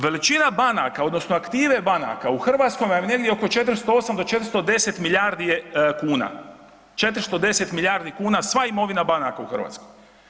Veličina banaka odnosno aktive banaka u Hrvatskoj vam je negdje oko 408 do 410 milijardi kuna, 410 milijardi kuna sva imovina banaka u Hrvatskoj.